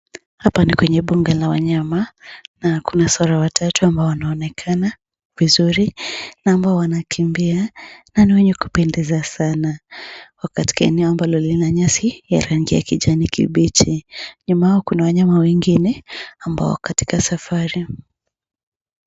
Hapa ni kwenye mbuga la wanyama na kuna swara watatu wanaonekana vizuri na ambao wanakimbia. Anayekupendeza sana. Wako katika eneo lenye nyasi za kijani kibichi. Nyuma yao kuna wanyama wengine ambao wako katika safari.